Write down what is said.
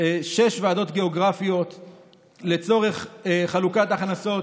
שש ועדות גיאוגרפיות לצורך חלוקת הכנסות,